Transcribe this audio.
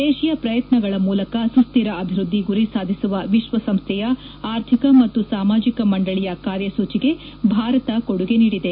ದೇಶೀಯ ಪ್ರಯತ್ನಗಳ ಮೂಲಕ ಸುಕ್ಕಿರ ಅಭಿವೃದ್ಧಿ ಗುರಿ ಸಾಧಿಸುವ ವಿಶ್ವಸಂಸ್ಥೆಯ ಆರ್ಥಿಕ ಮತ್ತು ಸಾಮಾಜಿಕ ಮಂಡಳಿಯ ಕಾರ್ಯಸೂಚಿಗೆ ಭಾರತ ಕೊಡುಗೆ ನೀಡಿದೆ